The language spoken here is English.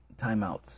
timeouts